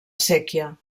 séquia